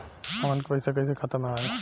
हमन के पईसा कइसे खाता में आय?